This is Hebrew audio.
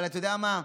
אבל אתה יודע מה?